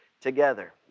together